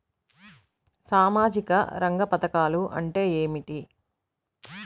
సామాజిక రంగ పధకాలు అంటే ఏమిటీ?